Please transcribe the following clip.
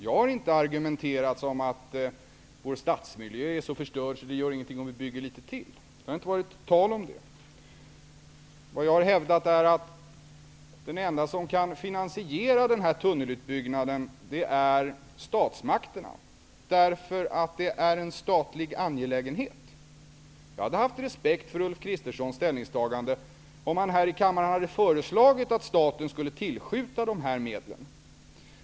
Jag har inte argumenterat och sagt att vår stadsmiljö är så förstörd att det inte gör något om vi bygger litet till. Det har inte varit tal om det. Jag har hävdat att det bara är statsmakterna som kan finansiera den här tunnelutbyggnaden därför att det är en statlig angelägenhet. Jag hade haft respekt för Ulf Kristerssons ställningstagande om han här i kammaren hade föreslagit att staten skulle tillskjuta dessa medel.